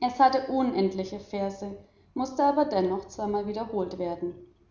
es hatte unendliche verse mußte aber dennoch zweimal wiederholt werden